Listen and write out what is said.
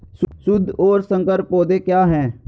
शुद्ध और संकर पौधे क्या हैं?